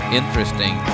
interesting